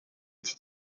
iki